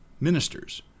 ministers